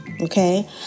okay